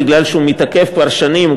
מפני שהוא מתעכב כבר שנים,